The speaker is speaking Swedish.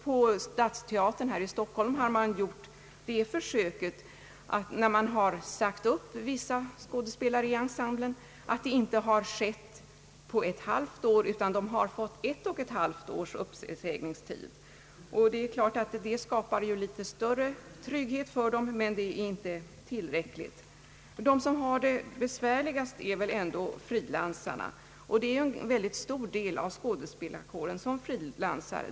På Statsteatern här i Stockholm har man, då man sagt upp vissa skådespelare i ensemblen, försökt att ge dem inte ett halvt års utan ett och ett halvt års uppsägningstid. Det är klart att detta skapar något större trygghet för dem, men det är inte tillräckligt. De som har det besvärligast är väl ändå frilansarna, och de utgör en mycket stor del av skådespelarkåren.